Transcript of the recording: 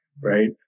right